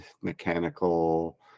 mechanical